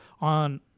on